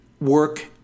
work